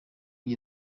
iyi